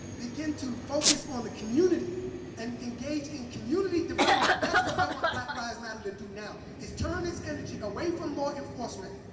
begin to focus on the community and engage in community development, that's what i want black lives matter to do now is turn this energy away from law enforcement